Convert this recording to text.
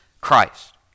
Christ